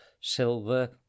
silver